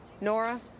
Nora